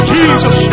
Jesus